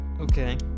Okay